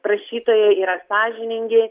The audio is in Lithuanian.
prašytojai yra sąžiningi